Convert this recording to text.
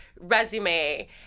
resume